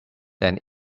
then